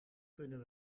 kunnen